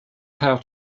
how